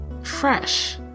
fresh